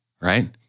right